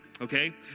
okay